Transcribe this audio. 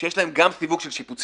שיש להם גם סיווג של שיפוצים,